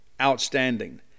outstanding